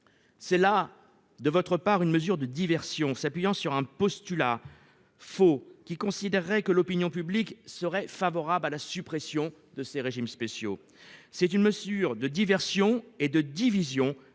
C'est là de votre part une mesure de diversion, s'appuyant sur un postulat faux : l'opinion publique serait favorable à la suppression de ces régimes spéciaux. C'est une mesure de diversion et de division